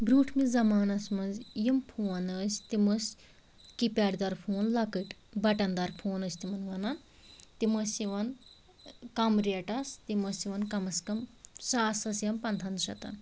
برٛونٛٹھ مہِ زمانَس منٛز یِم فون ٲسۍ تِم ٲسۍ کِپیڈ دار فون لۄکٕٹۍ بٹن دار فون ٲسۍ تِمن وَنان تِم ٲسۍ یِوان کم ریٹس تِم ٲسۍ یِوان کَمَس کَم ساسَس یا پنٛدٕہن شتَن